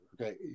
Okay